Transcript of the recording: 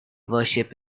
worship